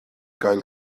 gael